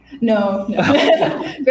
No